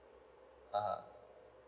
(uh huh)